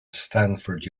stanford